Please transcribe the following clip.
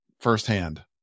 firsthand